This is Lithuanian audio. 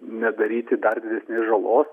nedaryti dar didesnės žalos